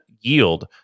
yield